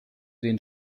den